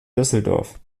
düsseldorf